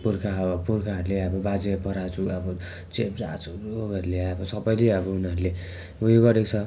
पुर्खा पुर्खाहरूले अब बाजे बराजु अब चेब्जा चेब्जुहरूले अब सबैले अब उनीहरूले उयो गरेको छ